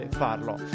farlo